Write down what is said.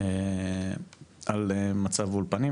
על מצב האולפנים,